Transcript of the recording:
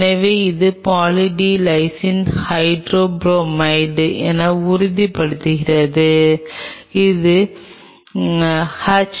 எனவே இது poly D lysine hydrobromide என உறுதிப்படுத்தப்படுகிறது இது எச்